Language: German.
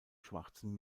schwarzen